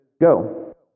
Go